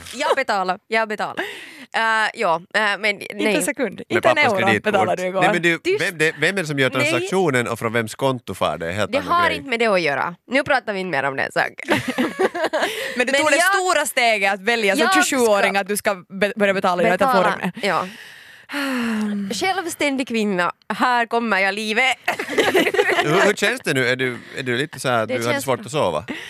Jag betalar, jag betalar. Äh, ja, äh, men Inte en nej. sekund, Med inte en pappas euro kreditkort. betalade du Nej, igår. men det är ju- Tyst. vem det- vem är det som gör Nej. transaktionen och från vems konto far det? Helt Det annan har grej. inte med det att göra. Nu pratar vi inte mer om det, sak. Men du Men tog det jag- stora steget att välja som 27-åring Jag ska- att du ska be- börja betala i Betala, den här plattformen. ja. Självständig kvinna, här kommer jag, livet. Hur- hur känns det nu? Är du- är du lite så här att Det du hade känns bra. svårt att sova?